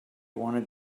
wanted